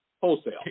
wholesale